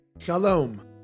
Shalom